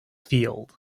field